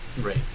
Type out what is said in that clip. Right